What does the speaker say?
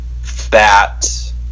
fat